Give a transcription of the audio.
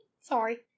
Sorry